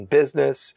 business